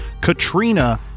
Katrina